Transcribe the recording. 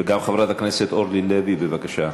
וגם חברת הכנסת אורלי לוי, בבקשה.